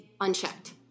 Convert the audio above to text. unchecked